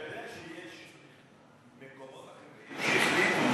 אתה יודע שיש מקומות אחרים שהחליטו,